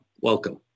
welcome